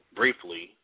briefly